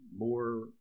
more